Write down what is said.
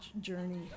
journey